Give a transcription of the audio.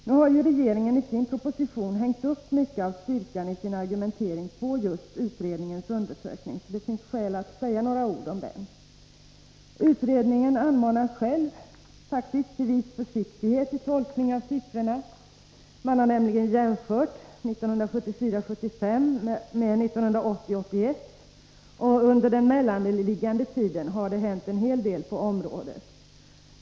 Nu har regeringen i sin proposition hängt upp mycket av styrkan i sin argumentering på just utredningens undersökning, och det finns därför skäl att säga några ord om den. Utredningen anmanar faktiskt till viss försiktighet i tolkningen av siffrorna. Man har nämligen jämfört 1974 81, och under den mellanliggande tiden har det hänt en del på området.